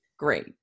great